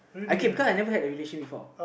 I K cause I've never had a relation before